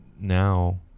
now